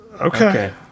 okay